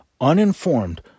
uninformed